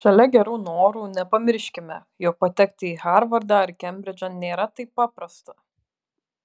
šalia gerų norų nepamirškime jog patekti į harvardą ar kembridžą nėra taip paprasta